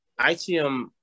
ITM